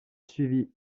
suivit